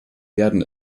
werden